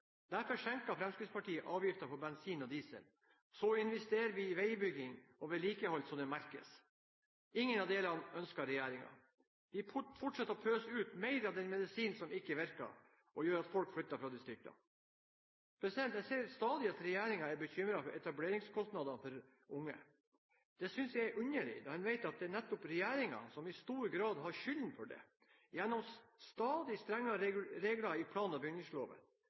Derfor senker Fremskrittspartiet avgiftene på bensin og diesel. Så investerer vi i veibygging og vedlikehold slik at det merkes. Ingen av delene ønsker regjeringen. De fortsetter å pøse ut mer av den medisinen som ikke virker, og som gjør at folk flytter fra distriktene. En ser stadig at regjeringen er bekymret over etableringskostnadene for unge. Det synes jeg er underlig, da en vet at det nettopp er regjeringen som i stor grad har skylden for det, gjennom stadig strengere regler i plan- og bygningsloven,